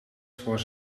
voor